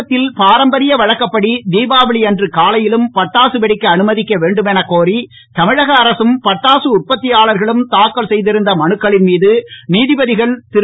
தமிழகத்தில் பாரம்பரிய வழக்கப்படி தீபாவளி அன்று காலையிலும் பட்டாசு வெடிக்க அனுமதிக்க வேண்டுமெனக்கோரி தமிழக அரசும் பட்டாசு உற்பத்தியாளர்களும் தாக்கல் செய்திருந்த மனுக்களின் மீது நீதிபதிகள் திரு